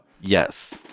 Yes